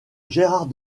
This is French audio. gérard